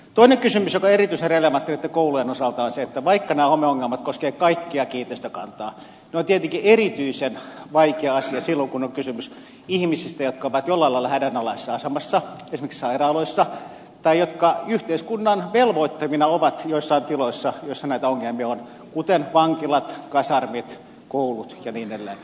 toinen kysymys joka on erityisen relevantti näitten koulujen osalta on se että vaikka nämä homeongelmat koskevat kaikkea kiinteistökantaa ne ovat tietenkin erityisen vaikea asia silloin kun on kysymys ihmisistä jotka ovat jollain lailla hädänalaisessa asemassa esimerkiksi sairaaloissa tai jotka yhteiskunnan velvoittamina ovat joissain tiloissa joissa näitä ongelmia on kuten vankilat kasarmit koulut ja niin edelleen